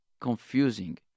confusing